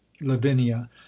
Lavinia